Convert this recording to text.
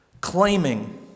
claiming